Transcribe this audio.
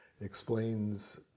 explains